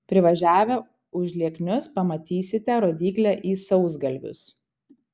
privažiavę užlieknius pamatysite rodyklę į sausgalvius